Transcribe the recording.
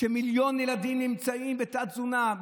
שמיליון ילדים נמצאים בתת-תזונה,